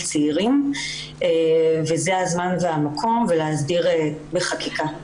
צעירים וזה הזמן והמקום להסדיר בחקיקה.